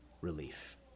relief